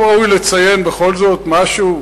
אבל ראוי לציין בכל זאת משהו,